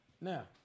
Now